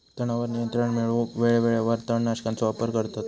तणावर नियंत्रण मिळवूक वेळेवेळेवर तण नाशकांचो वापर करतत